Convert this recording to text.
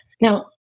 Now